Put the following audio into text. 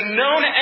known